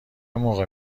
موقع